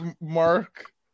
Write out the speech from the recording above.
Mark